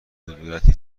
کدورتی